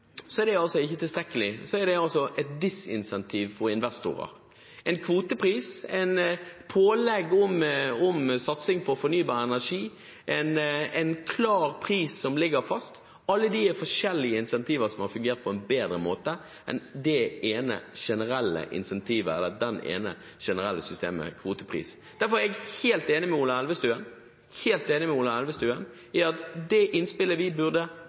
så er ikke det tilstrekkelig. Det er et disincentiv for investorer. En kvotepris, et pålegg om en satsing på fornybar energi, en klar pris som ligger fast – alt det er forskjellige incentiver som har fungert på en bedre måte enn det ene generelle incentivet – eller det ene generelle systemet, kvotepris. Derfor er jeg helt enig med Ola Elvestuen i at det innspillet vi burde